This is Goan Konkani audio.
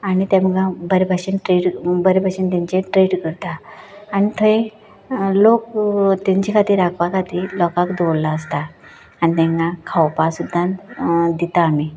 आनी ताकां बरें भाशेन ट्रेड बरे बाशेन तेंचे ट्रेड करता आनी थंय लोक तेंचे खातीर राखपा खातीर लोकाक दवरल्ले आसता आनी तांकां खावपाक सुद्धा दिता आमी